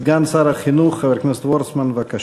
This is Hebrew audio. סגן שר החינוך חבר הכנסת וורצמן, בבקשה.